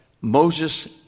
Moses